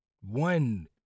one